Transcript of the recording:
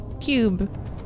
cube